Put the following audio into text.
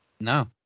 No